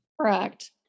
Correct